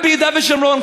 גם ביהודה ושומרון,